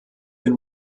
den